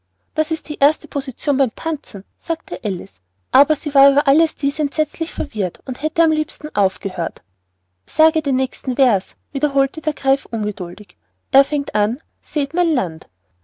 es ist die erste position bei'm tanzen sagte alice aber sie war über alles dies entsetzlich verwirrt und hätte am liebsten aufgehört sage den nächsten vers wiederholte der greif ungeduldig er fängt an seht mein land